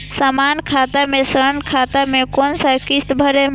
समान खाता से ऋण खाता मैं कोना किस्त भैर?